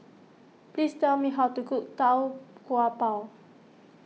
please tell me how to cook Tau Kwa Pau